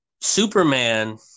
Superman